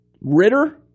Ritter